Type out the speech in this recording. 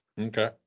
Okay